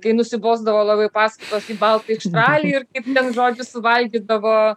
kai nusibosdavo labai paskaitos į baltąjį štralį ir kaip ten žodžiu suvalgydavo